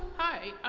hi,